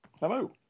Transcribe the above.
Hello